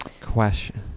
Question